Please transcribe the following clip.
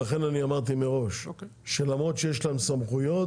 לכן אני אמרתי מראש שלמרות שיש להם סמכויות